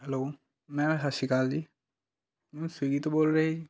hello ma'am ਸਤਿ ਸ਼੍ਰੀ ਅਕਾਲ ਜੀ ਮੈਮ ਸੰਗੀਤ ਬੋਲ ਰਿਹੇ ਜੀ